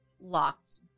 locked